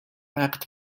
وقت